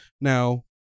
Now